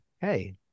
Hey